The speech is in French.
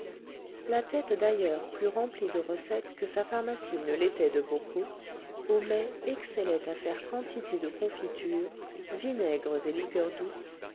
la tête d'ailleurs plus remplie de recettes que sa pharmacie ne l'était de bocaux homais excellait à faire quantité de confitures vinaigres et liqueurs douces